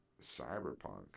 Cyberpunk